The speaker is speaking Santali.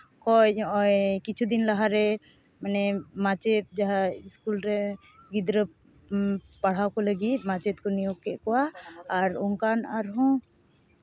ᱠᱚᱭ ᱱᱚᱜᱼᱚᱭ ᱠᱤᱪᱷᱩ ᱫᱤᱱ ᱞᱟᱦᱟᱨᱮ ᱢᱟᱱᱮ ᱢᱟᱪᱮᱫ ᱡᱟᱦᱟᱸᱭ ᱤᱥᱠᱩᱞ ᱨᱮ ᱜᱤᱫᱽᱨᱟᱹ ᱯᱟᱲᱦᱟᱣ ᱠᱚ ᱞᱟᱹᱜᱤᱫ ᱢᱟᱪᱮᱫ ᱠᱚ ᱱᱤᱭᱳᱜᱽ ᱠᱮᱫ ᱠᱚᱣᱟ ᱟᱨ ᱚᱝᱠᱟᱱ ᱟᱨᱦᱚᱸ